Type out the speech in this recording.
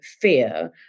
fear